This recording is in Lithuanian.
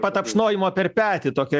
patapšnojimo per petį tokio